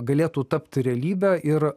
galėtų tapti realybe ir